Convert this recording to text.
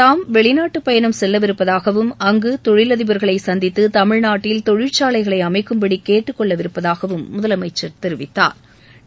தாம் வெளிநாட்டுப் பயணம் செல்லவிருப்பதாகவும் அங்கு தொழிலதிபர்களை சந்தித்து தமிழ்நாட்டில் தொழிற்சாலைகளை அமைக்கும்படி கேட்டுக் கொள்ளவிருப்பதாகவும் முதலமைச்சா் தெரிவித்தாா்